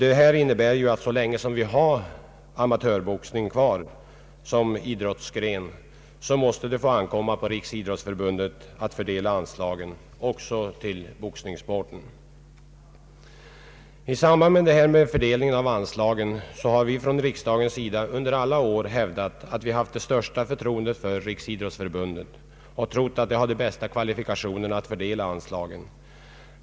Detta innebär att så länge vi har amatörboxning kvar som idrottsgren, måste det ankomma på Riksidrottsförbundet att fördela anslagen också till boxningssporlien. I samband med fördelningen av anslagen har vi från riksdagens sida under alla år hävdat att vi haft det största förtroende för Riksidrottsförbundet och ansett att det har de bästa kvalifikationer att fördela anslaget.